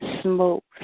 smoke